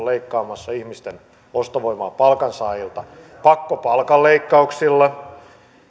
leikkaamassa ihmisten ostovoimaa palkansaajilta pakkopalkanleikkauksilla